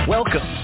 Welcome